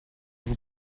vous